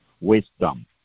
wisdom